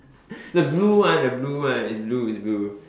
the blue one the blue one it's blue it's blue